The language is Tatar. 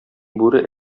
бүре